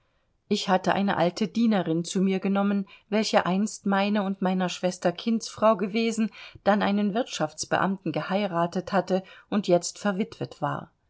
ich hatte eine alte dienerin zu mir genommen welche einst meine und meiner schwester kindsfrau gewesen dann einen wirtschaftsbeamten geheiratet hatte und jetzt verwitwet war